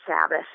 Sabbath